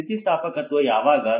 ಸ್ಥಿತಿಸ್ಥಾಪಕತ್ವ ಯಾವಾಗ